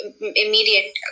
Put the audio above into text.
immediate